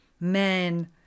Men